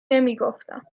نمیگفتم